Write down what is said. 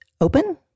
open